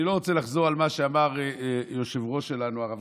אני לא רוצה לחזור על מה שאמר היושב-ראש שלנו הרב